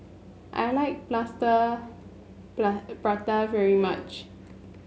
I like Plaster Prata very much